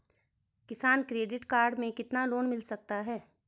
किसान credit card पर कितना लोंन मिल सकता है?